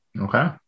Okay